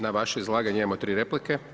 Na vaše izlaganje imamo tri replike.